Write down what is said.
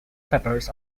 peppers